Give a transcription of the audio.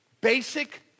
basic